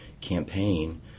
campaign